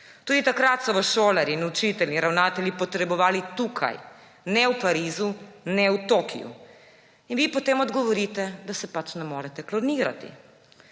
Tudi takrat so vas šolarji, učitelji in ravnatelji potrebovali tukaj, ne v Parizu, ne Tokiu. In vi potem odgovorite, da se pač ne morete klonirati.